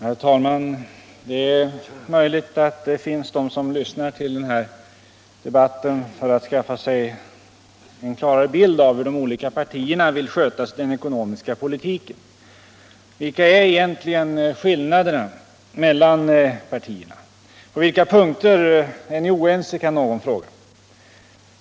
Herr talman! Det är möjligt att det finns de som lyssnar till den här debatten för att skaffa sig en klarare bild av hur de olika partierna vill sköta den ekonomiska politiken. Vilka är egentligen skillnaderna mellan partierna? På vilka punkter är ni oense? kan någon fråga.